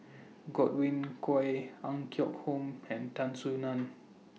Godwin Koay Ang Yoke Home and Tan Soo NAN